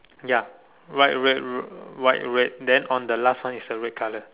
ya white red white red then on the last one is a red colour